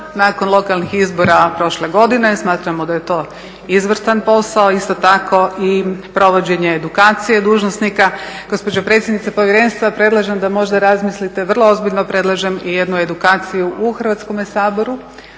nakon lokalnih izbora prošle godine smatramo da je to izvrstan posao, isto tako i provođenje edukacije dužnosnika. Gospođo predsjednice povjerenstva, predlažem da možda razmislite, vrlo ozbiljno predlažem i jednu edukaciju u Hrvatskome saboru,